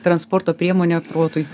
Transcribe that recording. transporto priemonė protui